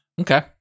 Okay